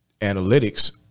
analytics